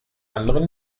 anderen